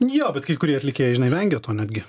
jo bet kai kurie atlikėjai žinai nevengia to netgi